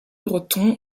breton